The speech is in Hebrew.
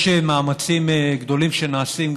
יש מאמצים גדולים שנעשים,